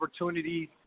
opportunities